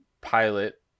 pilot